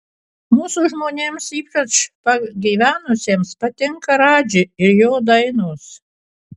mūsų žmonėms ypač pagyvenusiems patinka radži ir jo dainos